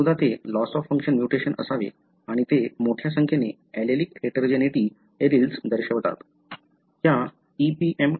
बहुधा ते loss of function mutation असावे आणि ते मोठ्या संख्येने ऍलेलिक हेटेरोजेनेटी एलील्स दर्शवतात